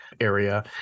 area